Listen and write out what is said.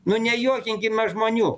nu nejuokinkime žmonių